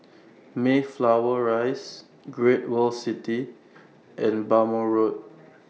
Mayflower Rise Great World City and Bhamo Road